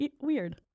weird